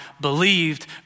believed